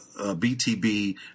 btb